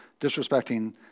disrespecting